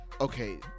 okay